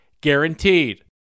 guaranteed